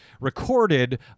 recorded